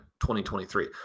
2023